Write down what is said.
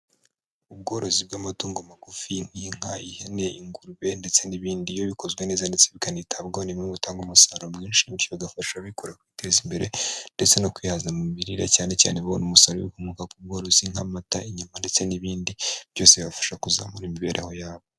Ubworozi bw'amatungo magufi, nk'inka, ihene, ingurube ndetse n'ibindi, iyo bikozwe neza ndetse bikanitabwaho ni bimwe bitanga umusaruro mwinshi, bityo bigafasha ababikora kwiteza imbere, ndetse no kwihaza mu mirire, cyane cyane ibona umusaruro ukomoka ku bworozi nk'amata, inyama, ndetse n'ibindi byose bibafasha kuzamura imibereho yabo.